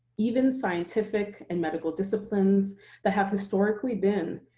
even scientific and medical disciplines that have historically been,